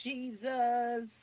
Jesus